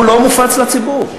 הוא לא מופץ לציבור.